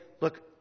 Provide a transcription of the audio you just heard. look